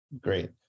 Great